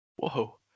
Whoa